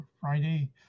Friday